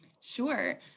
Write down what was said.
Sure